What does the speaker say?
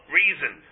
reason